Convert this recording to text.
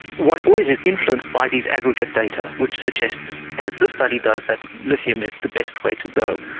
one always is influenced by these aggregate data, which suggests, as this study does, that lithium is the best way to go.